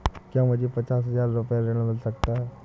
क्या मुझे पचास हजार रूपए ऋण मिल सकता है?